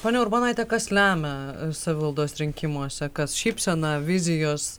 ponia urbonaite kas lemia savivaldos rinkimuose kas šypsena vizijos